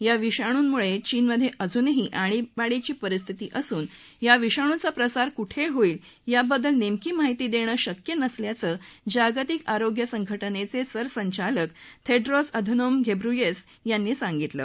ह्या विषाणूंमुळे चीनमध्ये अजूनही आणीबाणीची परिस्थिती असून ह्या विषाणूचा प्रसार कुठे होईल याबद्दल नेमकी माहिती देणं शक्य नसल्याचं जागतिक आरोग्य संघटनेचे सरसंचालक थेड्रोस अधनोम घेब्रेयुसेस यांनी सांगितलं